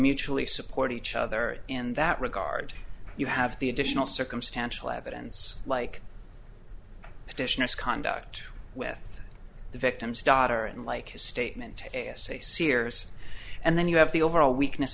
mutually support each other in that regard you have the additional circumstantial evidence like petitioners conduct with the victim's daughter and like his statement to say serious and then you have the overall weakness